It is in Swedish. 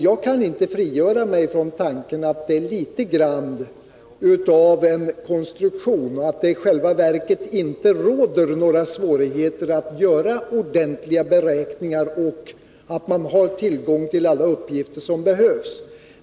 Jag kan inte frigöra mig från tanken att det är litet av en konstruktion, och att det i själva verket inte råder några svårigheter att göra ordentliga beräkningar då man har tillgång till alla uppgifter som behövs.